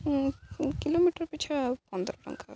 kilometre ପିଛା ଆଉ ପନ୍ଦର ଟଙ୍କା